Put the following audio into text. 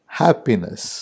happiness